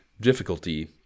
difficulty